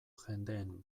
jendeen